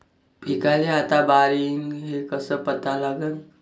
पिकाले आता बार येईन हे कसं पता लागन?